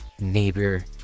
neighbor